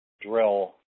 drill